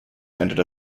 ended